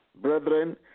Brethren